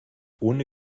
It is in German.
ohne